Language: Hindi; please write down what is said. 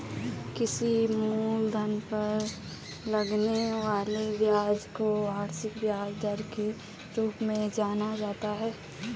किसी मूलधन पर लगने वाले ब्याज को वार्षिक ब्याज दर के रूप में जाना जाता है